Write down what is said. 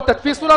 אתה לא מתבייש?